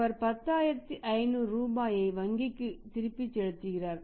அவர் 10500 ரூபாயை வங்கிக்கு திருப்பிச் செலுத்துகிறார்